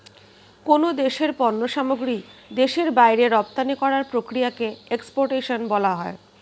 কোন দেশের পণ্য সামগ্রী দেশের বাইরে রপ্তানি করার প্রক্রিয়াকে এক্সপোর্টেশন বলা হয়